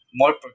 more